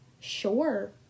sure